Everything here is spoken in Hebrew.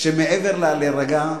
שמעבר ל"להירגע",